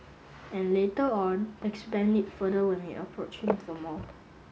and later on expanded it further when we approached him for more